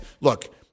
Look